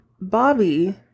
Bobby